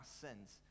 sins